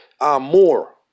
more